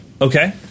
okay